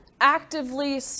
actively